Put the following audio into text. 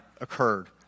occurred